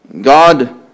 God